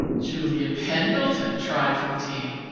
julia pendleton tried for the team,